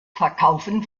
verkaufen